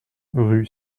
rue